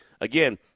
Again